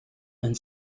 and